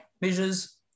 measures